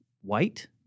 white